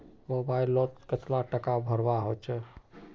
Mobile लोत कतला टाका भरवा होचे?